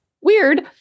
Weird